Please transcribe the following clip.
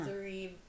three